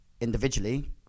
Individually